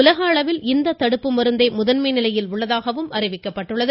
உலக அளவில் இந்த தடுப்பு மருந்தே முதன்மை நிலையில் உள்ளதாக அறிவிக்கப்பட்டுள்ளது